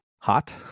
hot